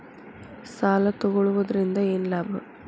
ಸಾಲ ತಗೊಳ್ಳುವುದರಿಂದ ಏನ್ ಲಾಭ?